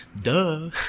duh